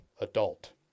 adult